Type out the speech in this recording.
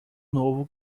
novo